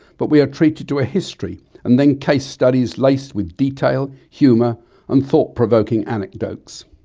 but we are treated to a history and then case studies laced with detail, humour and thought provoking anecdotes.